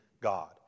God